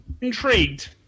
Intrigued